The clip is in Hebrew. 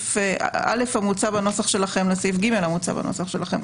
סעיף (א) המוצע בנוסח שלכם לסעיף (ג) המוצע בנוסח שלכם.